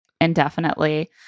indefinitely